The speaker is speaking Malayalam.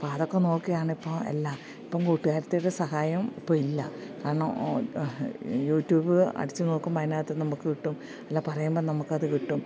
അപ്പം അതൊക്കെ നോക്കിയാണ് ഇപ്പം എല്ലാം ഇപ്പം കൂട്ടുകാരിത്തിയുടെ സഹായം ഇപ്പം ഇല്ല കാരണം യൂട്യൂബ് അടിച്ചു നോക്കുമ്പോൾ അതിനകത്ത് നമുക്ക് കിട്ടും അല്ല പറയുമ്പം നമുക്ക് അത് കിട്ടും